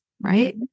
Right